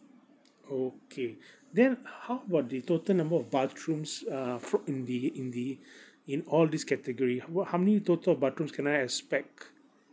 okay then how about the total number of bathrooms uh fro~ in the in the in all these categories what how many total of bathrooms can I expect